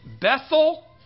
Bethel